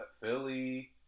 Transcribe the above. Philly